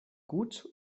gut